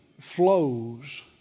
flows